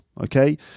Okay